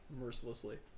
mercilessly